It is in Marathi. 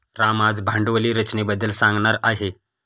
राम आज भांडवली रचनेबद्दल सांगणार आहे